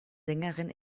sängerin